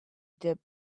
dip